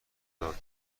داد